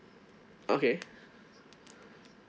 okay